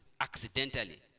accidentally